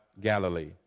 Galilee